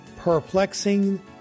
Perplexing